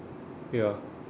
ya